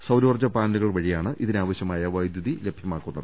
സൌരോർജ്ജ പാനലു കൾ വഴിയാണ് ഇതിനാവശ്യമായ വൈദ്യുതി ലഭ്യമാക്കുന്നത്